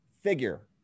figure